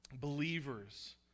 believers